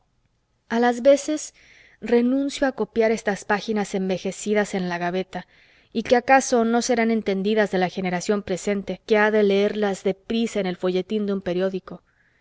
a las veces renuncio a copiar estas páginas envejecidas en la gaveta y que acaso no serán entendidas de la generación presente que ha de leerlas deprisa en el folletín de un periódico